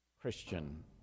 Christian